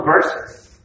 verses